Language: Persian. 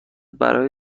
برای